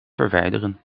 verwijderen